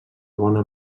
bona